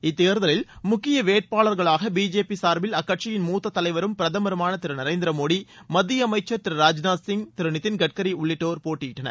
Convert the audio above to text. இத்தேர்தலில் முக்கிய வேட்பாளர்களாக பிஜேபி சார்பில் அக்கட்சியின் முத்த தலைவரும் பிரதமருமான திரு நரேந்திர மோடி மத்திய அமைச்சர் திரு ராஜ்நூத் சிங் திரு நிதின் கட்கரி உள்ளிட்டோர் போட்டியிட்டனர்